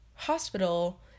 hospital